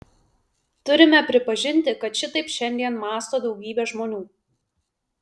turime pripažinti kad šitaip šiandien mąsto daugybė žmonių